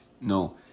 No